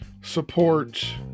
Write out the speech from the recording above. support